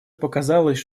показалось